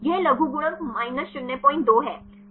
यह लघुगणक 02 है